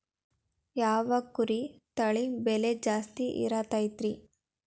ಯಾವ ಕುರಿ ತಳಿ ಬೆಲೆ ಜಾಸ್ತಿ ಇರತೈತ್ರಿ?